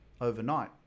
overnight